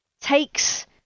takes